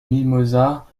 mimosas